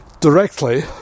Directly